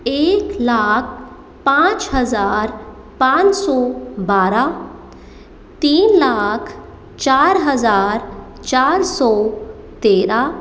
एक लाख पाँच हज़ार पाँच सौ बारह तीन लाख चार हज़ार चार सौ तेरह